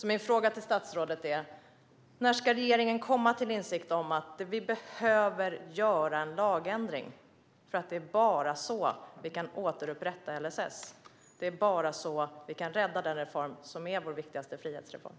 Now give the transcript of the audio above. Min fråga till statsrådet är: När ska regeringen komma till insikt om att vi behöver göra en lagändring? Det är bara så vi kan återupprätta LSS. Det är bara så vi kan rädda vår viktigaste frihetsreform.